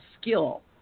skill